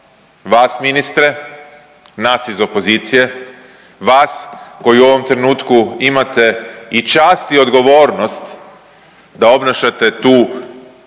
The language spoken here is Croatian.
Vas ministre, nas iz opozicije, vas koji u ovom trenutku imate i čast i odgovornost da obnašate tu pa